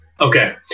Okay